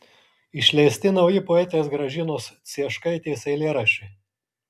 išleisti nauji poetės gražinos cieškaitės eilėraščiai